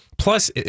Plus